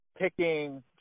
picking –